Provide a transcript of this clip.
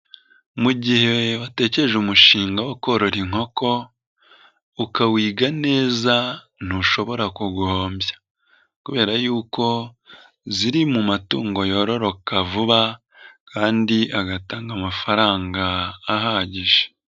Mu gihe watekereje umushinga wo korora inkoko, ukawiga neza ntushobora kugohombya kubera yuko ziri mu matungo yororoka vuba kandi agatanga amafaranga ahagije.